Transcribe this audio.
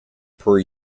per